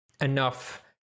enough